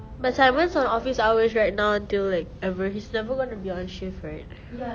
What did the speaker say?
but simon's on office hours right now until like ever he's never gonna be on shift right